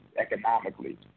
economically